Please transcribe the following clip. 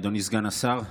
אדוני סגן השר,